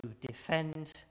defend